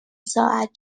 ساعت